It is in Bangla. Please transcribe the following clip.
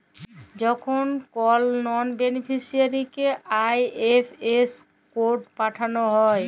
যখল কল লল বেলিফিসিয়ারিকে আই.এফ.এস কড পাঠাল হ্যয়